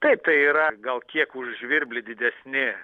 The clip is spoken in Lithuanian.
taip tai yra gal kiek už žvirblį didesni